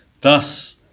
Thus